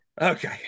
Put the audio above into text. Okay